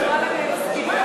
חברת הכנסת מועלם מסכימה,